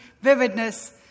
vividness